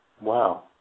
Wow